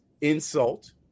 insult